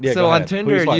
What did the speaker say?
yeah so on tinder,